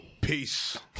Peace